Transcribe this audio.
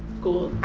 gold.